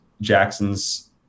Jackson's